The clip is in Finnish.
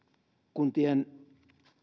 kuntien